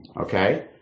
okay